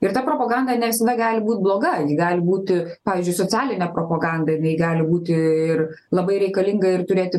ir ta propoganda ne visada gali būt bloga ji gali būti pavyzdžiui socialinė propoganda inai gali būti ir labai reikalinga ir turėti